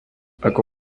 ako